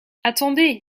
attendez